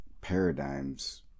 paradigms